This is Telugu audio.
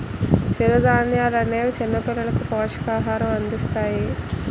చిరుధాన్యాలనేవి చిన్నపిల్లలకు పోషకాహారం అందిస్తాయి